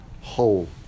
whole